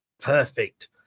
Perfect